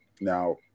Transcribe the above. Now